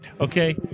Okay